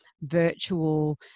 virtual